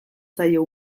zaio